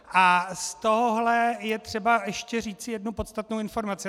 A z tohoto je třeba ještě říci jednu podstatnou informaci.